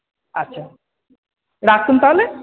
আচ্ছা রাখুন তাহলে